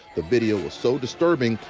the video was so disturbing.